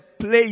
place